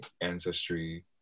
ancestry